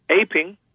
aping